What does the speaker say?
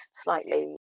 slightly